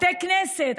בתי כנסת.